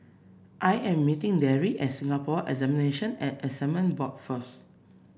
I am meeting Darry at Singapore Examinations and Assessment Board first